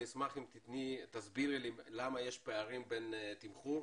אשמח אם תסבירי לי למה יש פערים בתמחור